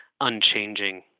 unchanging